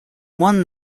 won